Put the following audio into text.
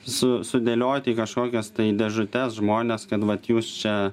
su sudėlioti į kažkokias dėžutes žmones kad vat jūs čia